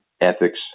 ethics